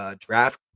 draft